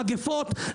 מגפות,